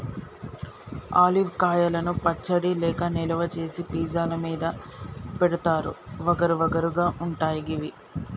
olive కాయలను పచ్చడి లెక్క నిల్వ చేసి పిజ్జా ల మీద పెడుతారు వగరు వగరు గా ఉంటయి గివి